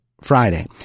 Friday